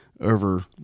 over